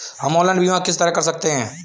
हम ऑनलाइन बीमा किस तरह कर सकते हैं?